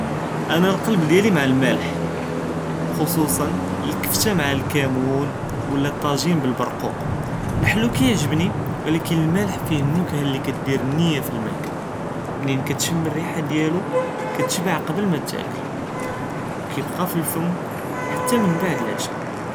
אנה לכּלבְּ דיאלי מעא למָלֵח ח׳וסוסא לכְּפתָה מעא לכָּמוּן וְלא לטָאגִ׳ין בִּלְבְּרְקוּק, לחלו כַּאיְעְגְ׳בְּנִי, ו ולכִּין למָלֵח פִיהָא לנְכַּה לִכְּדִיר נִיַה פִי למאכְּלָה, מנִין כִּתְשְׁם רִיחָה דיאלו כִּתשְׁבַּע קְבְּל מא תָאכְּל, כִּיבְּקָא פי לפְּם חְתָא מן בְּעְד לְעְשָא.